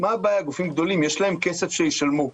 מה הבעיה, גופים גדולים, יש להם כסף, שישלמו.